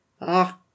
Ah